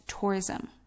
tourism